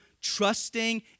trusting